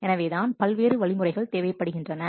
எனவேதான் பல்வேறு வழிமுறைகள் தேவைப்படுகின்றன